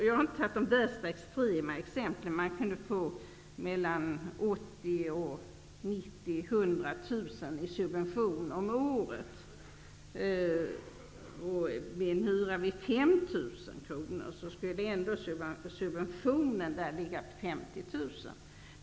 Jag har inte valt de mest extrema exemplen, som kan ge en subvention om 80 000--100 000 kr om året. Vid en hyra om kr.